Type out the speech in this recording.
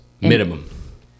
minimum